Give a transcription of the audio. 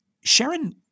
Sharon